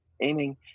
aiming